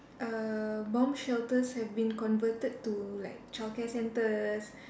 err bomb shelters have been converted to like childcare centres